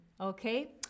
Okay